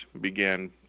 began